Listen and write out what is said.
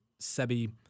Sebi